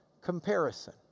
comparison